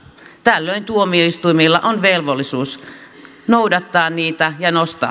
tällöin tuomioistuimilla on velvollisuus noudattaa niitä lennosta